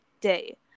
day